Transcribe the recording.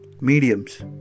mediums